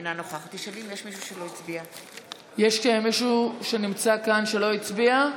אינה נוכחת יש מישהו שנמצא כאן ולא הצביע?